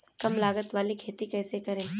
कम लागत वाली खेती कैसे करें?